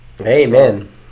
Amen